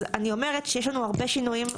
אז אני אומרת שיש לנו הרבה שינויים.